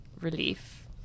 relief